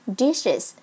dishes